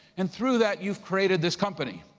and through that, you've created this company.